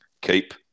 Keep